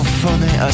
funny